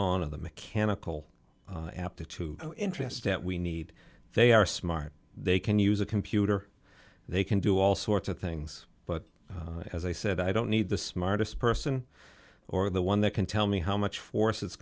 of the mechanical aptitude interest that we need they are smart they can use a computer they can do all sorts of things but as i said i don't need the smartest person or the one that can tell me how much force it's